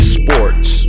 sports